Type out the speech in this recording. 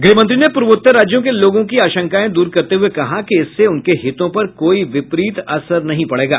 गृहमंत्री ने पूर्वोत्तर राज्यों के लोगों की आशंकाएं दूर करते हुए कहा कि इससे उनके हितों पर कोई विपरीत असर नहीं पड़ेगा